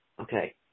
Okay